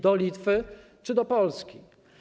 Do Litwy czy do Polski?